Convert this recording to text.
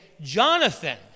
Jonathan